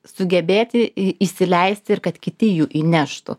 sugebėti į įsileisti ir kad kiti jų įneštų